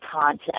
content